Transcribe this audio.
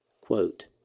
Quote